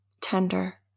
tender